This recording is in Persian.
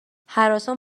هراسان